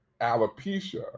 alopecia